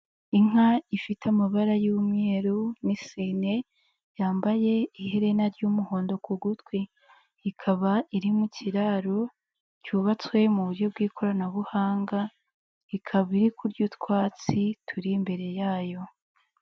Inka ifite amabara y'umweru n'isine, yambaye iherena ry'umuhondo ku gutwi. Ikaba iri mu kiraro cyubatswe mu buryo bw'ikoranabuhanga, ikaba iri kurya utwatsi turi imbere yayo.